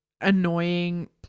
annoying